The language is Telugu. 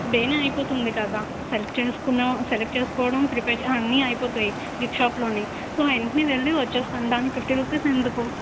డేన అయిపోతుంది కదా సెలెక్ట్ చేసుకున్న సెలెక్ట్ చేసుకోవడం ప్రిపేర్ అన్నీ అయిపోతాయి గిఫ్ట్ షాపులోనే సో వెంటనే వెళ్ళి వచ్చేస్తాము దానికి ఫిఫ్టీ రూపీస్ ఎందుకు